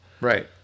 right